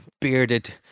bearded